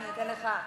אנחנו ניתן לך.